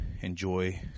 enjoy